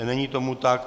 Není tomu tak.